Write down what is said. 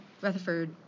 Rutherford